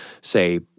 say